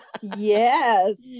Yes